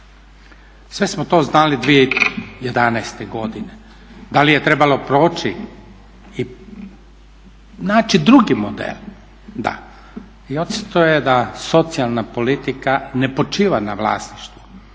Sve smo to znali 2011. godine. Da li je trebalo proći i naći drugi model, da. I očito je da socijalna politika ne počiva na vlasništvu,